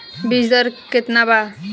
बीज दर केतना वा?